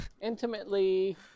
Intimately